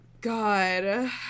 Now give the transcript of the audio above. God